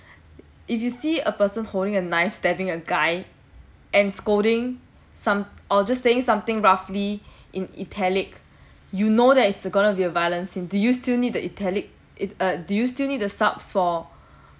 if you see a person holding a knife stabbing a guy and scolding some or just saying something roughly in italic you know that it's gonna be a violence scene do you still need the italic err do you still need the subs for